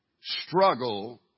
struggle